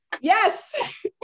Yes